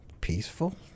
peaceful